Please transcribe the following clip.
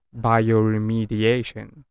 bioremediation